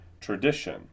tradition